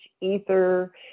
ether